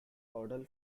caudal